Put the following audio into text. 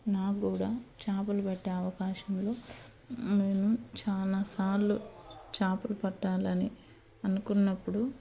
నాకు కూడా చాపలు పట్టే అవకాశంలో నేను చాలాసార్లు చాపలు పట్టాలని అనుకున్నప్పుడు